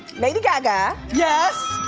lady gaga. yes.